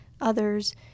others